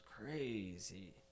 crazy